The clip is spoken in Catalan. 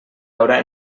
haurà